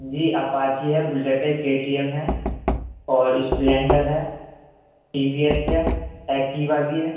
جی Apache ہے Bullet ہے K T M ہے اور اسپلینڈر ہے ٹی وی ایس ہے ایکٹیوا بھی ہے